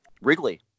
Wrigley